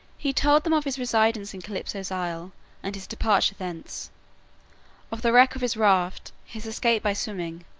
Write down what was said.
he told them of his residence in calypso's isle and his departure thence of the wreck of his raft, his escape by swimming,